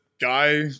guy